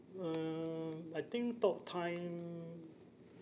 um I think talk time